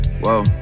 whoa